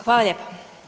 Hvala lijepa.